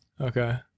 Okay